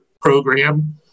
program